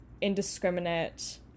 indiscriminate